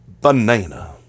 banana